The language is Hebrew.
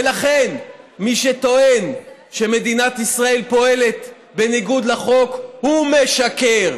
ולכן מי שטוען שמדינת ישראל פועלת בניגוד לחוק הוא משקר,